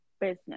business